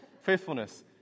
Faithfulness